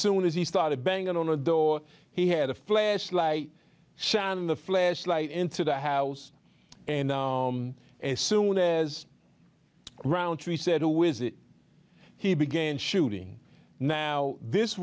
soon as he started banging on a door he had a flashlight shine in the flashlight into the house and as soon as roundtree said who is it he began shooting now this